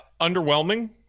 underwhelming